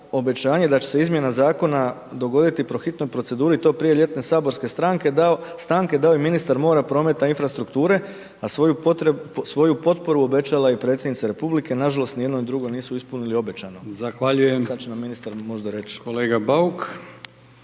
obećanje da će se izmjena zakona dogoditi po hitnoj proceduri i to prije ljetne saborske stanke dao je ministar mora, prometa i infrastrukture a svoju potporu obećala je Predsjednica Republike, nažalost, nijedno ni drugo nisu ispunili obećano, sad će nam ministar možda reći. **Brkić,